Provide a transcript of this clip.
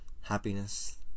happiness